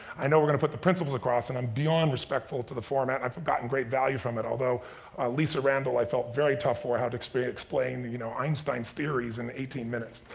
i know we're gonna put the principles across and i'm beyond respectful to the format. i've gotten great value from it, although lisa randall, i felt very tough for how to explain explain you know einstein's theories in eighteen minutes.